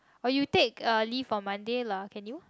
or you take uh leave on Monday lah can you